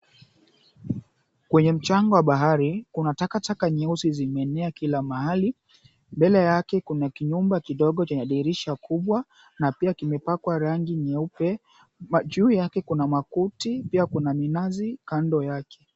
Kwenye mchanga wa bahari, kuna takataka nyeusi zimeenea kila mahali. Mbele yake kuna kinyumba kidogo kina dirisha kubwa na pia kimepakwa rangi nyeupe. Juu yake kuna makuti pia kuna minazi kando yake.